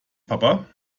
papa